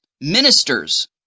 ministers